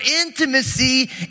intimacy